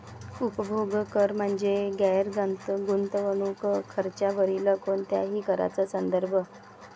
उपभोग कर म्हणजे गैर गुंतवणूक खर्चावरील कोणत्याही कराचा संदर्भ